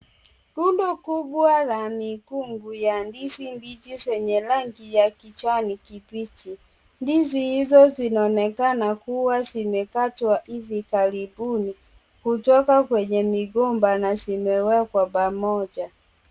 Rundo kubwa la mikungu ya ndizi mbichi zenye rangi ya kijani kibichi. Ndizi hizo zinaonekana kuwa zimekatwa hivi karibuni kutoka kwenye migomba na zimewekwa pamoja.